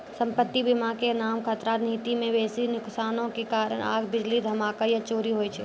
सम्पति बीमा के नाम खतरा नीति मे बेसी नुकसानो के कारण आग, बिजली, धमाका या चोरी होय छै